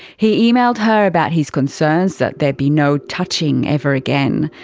he emailed her about his concerns that there be no touching ever again,